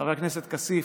חבר הכנסת כסיף,